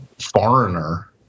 foreigner